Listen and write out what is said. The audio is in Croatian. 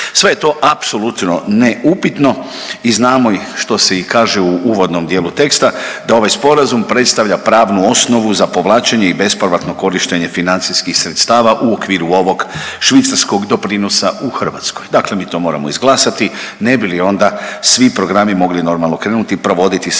Sve je to apsolutno neupitno i znamo i što se i kaže u uvodnom dijelu teksta da ovaj sporazum predstavlja pravnu osnovu za povlačenje i bespovratno korištenje financijskih sredstava u okviru ovog švicarskog doprinosa u Hrvatskoj, dakle mi to moramo izglasati ne bi li onda svi programi mogli normalno krenuti i provoditi se